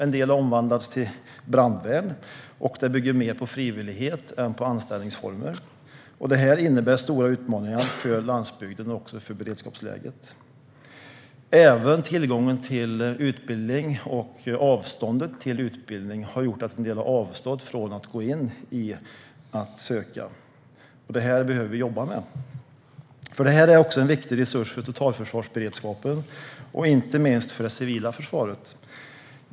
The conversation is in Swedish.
En del har omvandlats till brandvärn, vilket bygger mer på frivillighet än anställning. Det innebär stora utmaningar för landsbygden och för beredskapsläget. Även tillgången till och avståndet till utbildning har gjort att en del har avstått från att söka, och det behöver vi jobba med. Det är också en viktig resurs för totalförsvarsberedskapen, inte minst för det civila försvaret.